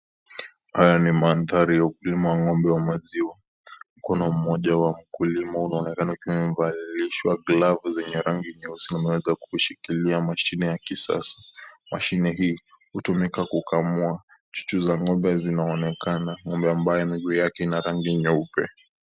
Haya ni manthari ya kupima ng'ombe wa maziwa. Mkono mmoja wa mkulima unaonekana ukiwa umevalishwa glavu zenye rangi nyeusi, umewezakuushikilia mashine ya kisasa. Mashine hii, hutumika kukamua. Chuchu za ng'ombe zinaonekana. Ng'ombe ambaye miguu yake ina rangi nyeupe.